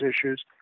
issues